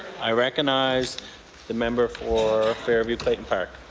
i recognize the member for fairview clayton park.